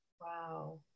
Wow